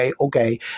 okay